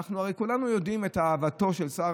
אנחנו הרי כולנו יודעים את אהבתו של שר